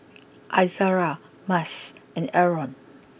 Izzara Mas and Aaron